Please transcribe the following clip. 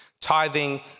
tithing